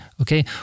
okay